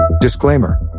Disclaimer